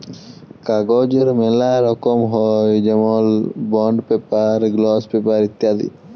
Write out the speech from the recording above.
কাগজের ম্যালা রকম হ্যয় যেমল বন্ড পেপার, গ্লস পেপার ইত্যাদি